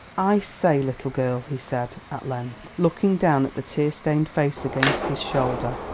i say, little girl, he said at length, looking down at the tear-stained face against his shoulder,